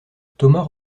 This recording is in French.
thomas